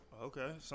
Okay